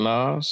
Nas